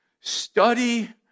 Study